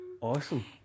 Awesome